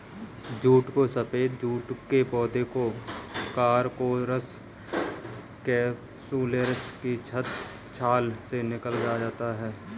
jute को सफेद jute के पौधे कोरकोरस कैप्सुलरिस की छाल से निकाला जाता है